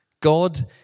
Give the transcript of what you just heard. God